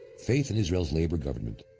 faith in israel's labor government,